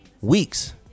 weeks